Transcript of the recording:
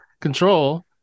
control